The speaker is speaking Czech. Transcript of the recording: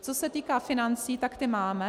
Co se týká financí, tak ty máme.